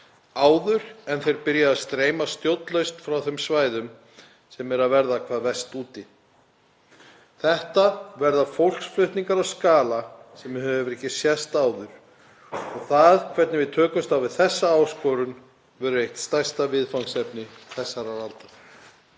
áður en þeir byrja að streyma stjórnlaust frá þeim svæðum sem eru að verða hvað verst úti. Þetta verða fólksflutningar á skala sem hefur ekki sést áður og það hvernig við tökumst á við þessa áskorun verður eitt stærsta viðfangsefni þessarar aldar.